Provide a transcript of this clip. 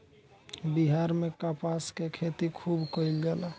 बिहार में कपास के खेती खुब कइल जाला